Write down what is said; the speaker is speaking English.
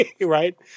right